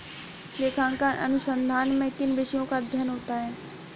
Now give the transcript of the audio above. लेखांकन अनुसंधान में किन विषयों का अध्ययन होता है?